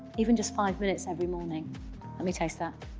even just five minutes every morning. let me taste that.